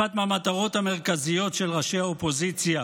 אחת מהמטרות המרכזיות של ראשי האופוזיציה